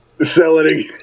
selling